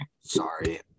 Sorry